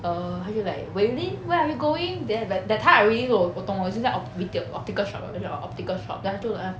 err 他就 like wei ling where are you going then th~ that time I already know 我懂已经在 retail optical shop then 就讲 optical shop then 他就 like